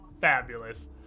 fabulous